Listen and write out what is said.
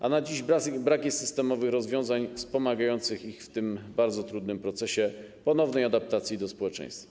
A na dziś brak jest systemowych rozwiązań wspomagających ich w tym bardzo trudnym procesie ponownej adaptacji do społeczeństwa.